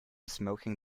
smoking